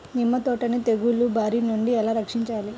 నిమ్మ తోటను తెగులు బారి నుండి ఎలా రక్షించాలి?